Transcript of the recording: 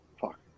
Fuck